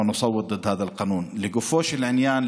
ונצביע נגדו.) לגופו של עניין,